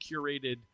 curated